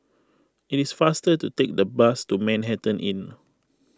it is faster to take the bus to Manhattan Inn